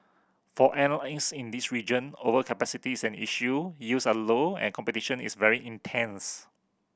for airlines in this region overcapacity is an issue yields are low and competition is very intense